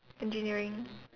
engineering